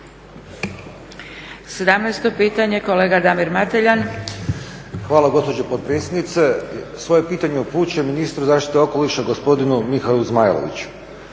**Mateljan, Damir (SDP)** Hvala gospođo potpredsjednice. Svoje pitanje upućujem ministru zaštite okoliša gospodinu Mihaelu Zmajloviću.